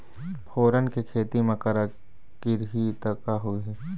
फोरन के खेती म करा गिरही त का होही?